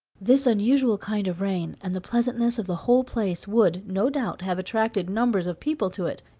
this unusual kind of rain, and the pleasantness of the whole place, would, no doubt, have attracted numbers of people to it,